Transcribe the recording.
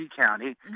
County